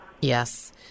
Yes